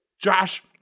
Josh